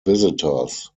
visitors